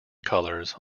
colors